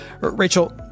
Rachel